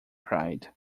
cried